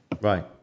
Right